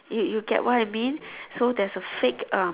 you you get what I mean so there is a fake um